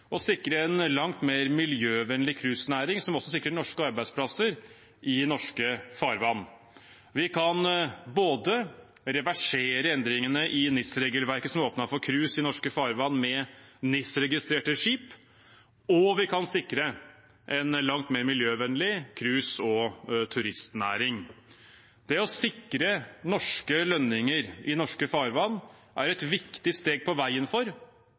å sikre en langt mer miljøvennlig cruisenæring som også sikrer norske arbeidsplasser i norske farvann. Vi kan både reversere endringene i NIS-regelverket som åpnet for cruise i norske farvann med NIS-registrerte skip, og sikre en langt mer miljøvennlig cruise- og turistnæring. Det å sikre norske lønninger i norske farvann, er et viktig steg på veien for